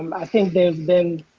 um i think there's been